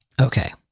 Okay